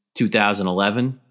2011